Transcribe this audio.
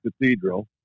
Cathedral